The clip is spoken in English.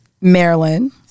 Maryland